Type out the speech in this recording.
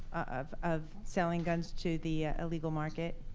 of of selling guns to the illegal market?